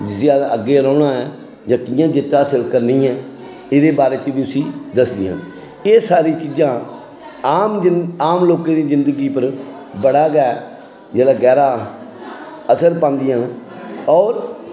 जिस्सी आखदे अग्गें रौह्ना ऐ जां कि'यां जित्त हासल करनी ऐ एह्दे बारै च बी उस्सी दसदियां न एह् सारी चीजां आम जिं आम लोकें दी जिंदगी पर बड़ा गै जेह्ड़ा गैह्रा असर पांदियां न होर